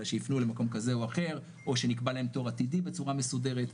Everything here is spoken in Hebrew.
אלא שיפנו למקום כזה או אחר או שנקבע להם תור עתידי בצורה מסודרת.